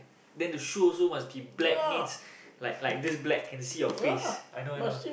then the shoe also must be black means like like this black can see your face I know I know